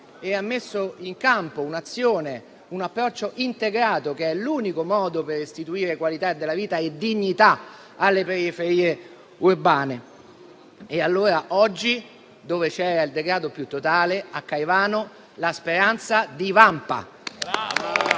e ha messo in campo un'azione, un approccio integrato che è l'unico modo per restituire qualità della vita e dignità alle periferie urbane. Allora, oggi, dove c'era il degrado più totale, a Caivano, la speranza divampa.